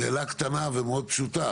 שאלה קטנה ומאד פשוטה.